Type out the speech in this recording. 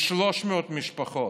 ב-300 משפחות,